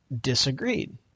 disagreed